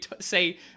say